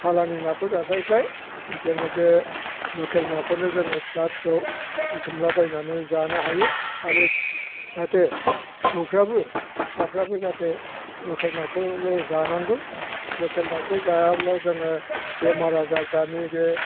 सालानि नाखौ जास्लायस्लाय जोङो बे लकेल नाखौनो जोङो फिसा फिसौ बुथुमला बायनानै जानो हायो आरो जाहाथे फिसौफोराबो फिसाफ्राबो जाहाथे लकेल नाखौल' जानांगौ लकेल नाखौ जायाब्ला जोङो बेमार आजार दानि बे